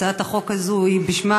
הצעת החוק הזאת היא בשמה